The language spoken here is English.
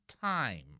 time